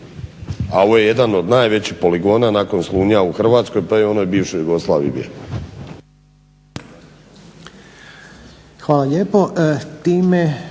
a ovo je jedan od najvećih poligona nakon Slunja u Hrvatskoj, pa i u onoj bivšoj Jugoslaviji